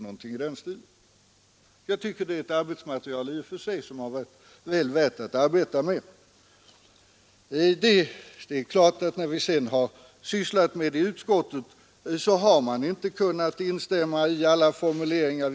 När vi i utskottet arbetat med betänkandet har vi inte kunnat instämma i alla formuleringar.